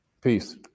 Peace